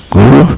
Guru